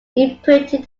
imprinted